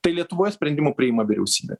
tai lietuvoj sprendimų priima vyriausybė